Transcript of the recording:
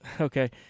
Okay